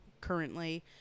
currently